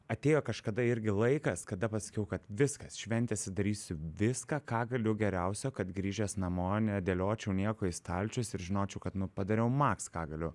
atėjo kažkada irgi laikas kada pasakiau kad viskas šventėse darysiu viską ką galiu geriausio kad grįžęs namo nedėliočiau nieko į stalčius ir žinočiau kad padariau maks ką galiu